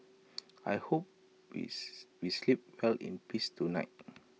I hope we we sleep well in peace tonight